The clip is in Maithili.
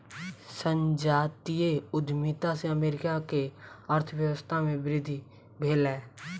संजातीय उद्यमिता से अमेरिका के अर्थव्यवस्था में वृद्धि भेलै